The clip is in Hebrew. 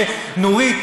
שנורית,